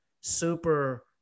super